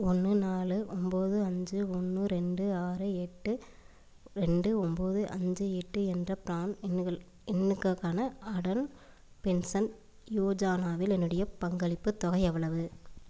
ஒன்று நாலு ஒம்பது அஞ்சு ஒன்று ரெண்டு ஆறு எட்டு ரெண்டு ஒம்பது அஞ்சு எட்டு என்ற ப்ரான் எண்ணுகள் எண்ணுக்காக்கான அடல் பென்ஷன் யோஜானாவில் என்னுடைய பங்களிப்புத் தொகை எவ்வளவு